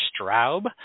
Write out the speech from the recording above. Straub